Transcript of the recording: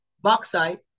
bauxite